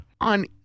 on